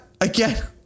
again